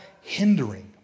hindering